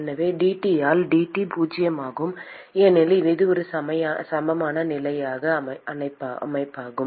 எனவே dt ஆல் dt பூஜ்ஜியமாகும் ஏனெனில் இது ஒரு நிலையான நிலை அமைப்பாகும்